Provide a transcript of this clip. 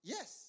Yes